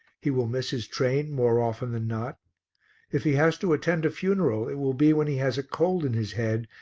he will miss his train more often than not if he has to attend a funeral it will be when he has a cold in his head,